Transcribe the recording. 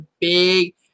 big